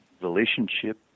relationship